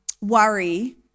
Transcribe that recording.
worry